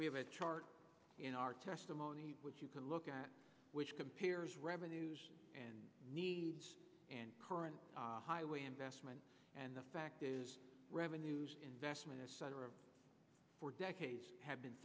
we have a chart in our testimony which you can look at which compares revenues and needs and current highway investment and the fact is revenues investment for decades have been